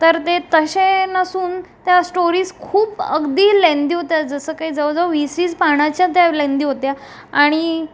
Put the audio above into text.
तर ते तसे नसून त्या स्टोरीज खूप अगदी लेंदी होत्या जसं काही जवळजवळ वीस वीस पानाच्या त्या लेंदी होत्या आणि